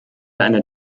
einer